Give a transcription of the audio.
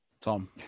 Tom